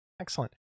Excellent